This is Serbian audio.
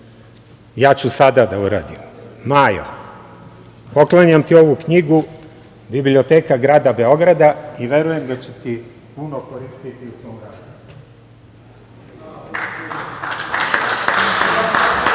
ja ću sada da uradim. Majo, poklanjam ti ovu knjigu „Biblioteka grada Beograda“ i verujem da će ti puno koristiti u tvom radu.